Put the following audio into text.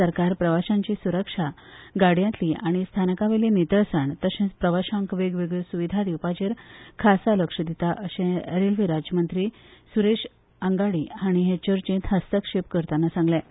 सरकार प्रवाश्यांची सुरक्षा गाडयांतली आनी स्थानका वयली नितळसाण तशेंच प्रवाशांक वेगवेगळयो सुविधा दिवपाचेर खासा लक्ष दिता अशें रेल्वे राज्यमंत्री सुरेश आंगडी हांणी हे चर्चेंत हस्तक्षेप करतना सांगलें